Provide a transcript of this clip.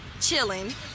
chilling